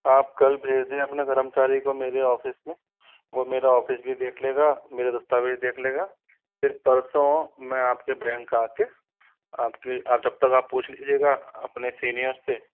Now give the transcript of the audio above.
आप कल भेज दें अपने कर्मचारी को मेरे ऑफिस में वो मेरा ऑफिस भी देख लेगा और मेरे दस्तावेज़ भी देख लेगा फिर परसों मैं आपके बैंक आकर आपके जब तक आप पूछ लीजियेगा अपने सीनियर्स से